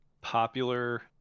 popular